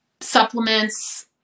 supplements